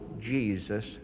Jesus